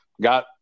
got